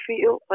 feel